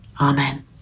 Amen